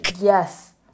Yes